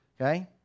okay